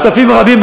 שותפים רבים,